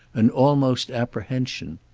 an almost apprehension.